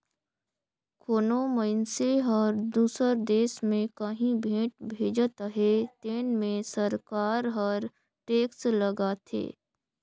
कोनो मइनसे हर दूसर देस में काहीं भेंट भेजत अहे तेन में सरकार हर टेक्स लगाथे